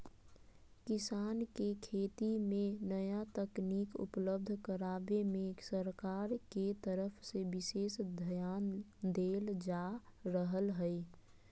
किसान के खेती मे नया तकनीक उपलब्ध करावे मे सरकार के तरफ से विशेष ध्यान देल जा रहल हई